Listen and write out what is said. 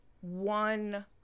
one